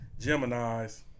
Geminis